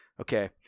Okay